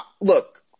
Look